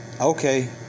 Okay